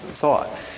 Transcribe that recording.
thought